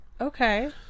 okay